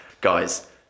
guys